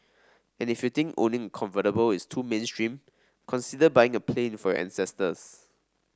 and if you think owning a convertible is too mainstream consider buying a plane for your ancestors